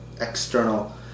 external